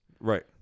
Right